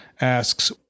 asks